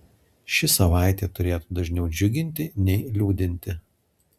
ši savaitė turėtų dažniau džiuginti nei liūdinti